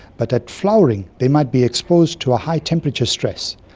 but at flowering they might be exposed to a high temperature stress.